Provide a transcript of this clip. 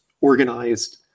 organized